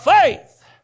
Faith